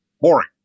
boring